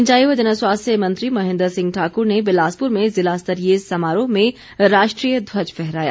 सिंचाई व जन स्वास्थ्य मंत्री महेन्द्र सिंह ठाकुर ने बिलासपुर में ज़िलास्तरीय समारोह में राष्ट्रीय ध्वज फहराया